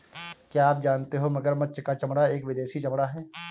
क्या आप जानते हो मगरमच्छ का चमड़ा एक विदेशी चमड़ा है